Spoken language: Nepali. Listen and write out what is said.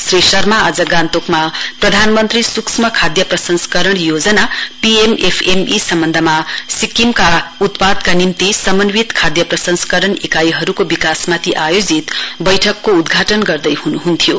श्री शर्मा आज गान्तोकमा प्रधानमन्त्री सूक्ष्म खाद्य प्रसंस्करण योजना पिएमएफएमई सम्बन्धमा सिक्किमका उत्पादकका निम्ति समन्वित खाद्य प्रसंस्करण इकाइहरुको विकासमाथि आयोजित बैठकको उद्घाटण गर्दैहुनु हुन्थ्यो